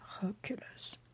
Hercules